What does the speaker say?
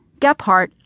Gephardt